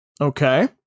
Okay